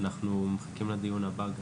אנחנו מחכים לדיון הבא.